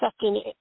second